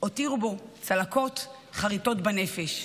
הותירו בו צלקות, חריטות בנפש.